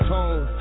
Tone